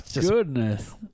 goodness